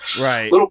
right